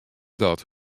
dat